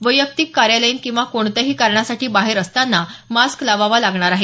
वैयक्तिक कार्यालयीन किंवा कोणत्याही कारणासाठी बाहेर असताना मास्क लावावा लागणार आहे